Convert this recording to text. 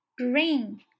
Green